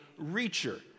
reacher